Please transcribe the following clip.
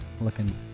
looking